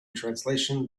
translation